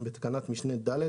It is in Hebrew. בתקנת משנה (ד),